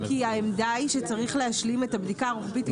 כי העמדה היא שצריך להשלים את הבדיקה הרוחבית.